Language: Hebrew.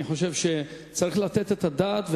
אני חושב שצריך לתת את הדעת,